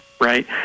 right